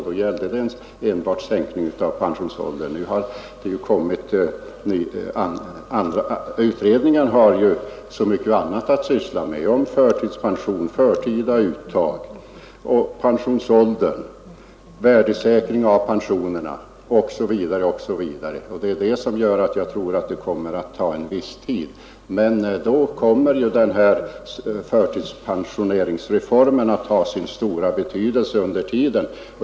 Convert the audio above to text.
Då gällde det enbart sänkning av pensionsåldern, men nu har ju utredningen så mycket annat att syssla med, nämligen utöver pensionsåldern frågan om förtidspension, förtida uttag, värdesäkring av pensionerna osv. Det är det som gör att jag tror att det kommer att ta en viss tid. Men då kommer denna förtidspensioneringsreform att ha sin stora betydelse under tiden.